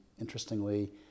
interestingly